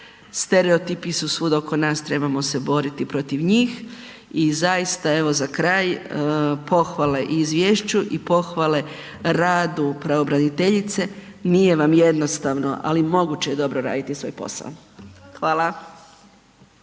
stereotipi su svud oko nas trebamo se boriti protiv njih. I zaista evo za kraj, pohvale i izvješću i pohvale radu pravobraniteljice, nije vam jednostavno ali moguće je dobro raditi svoj posao. Hvala.